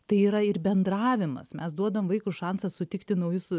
tai yra ir bendravimas mes duodam vaikui šansą sutikti naujus